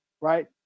right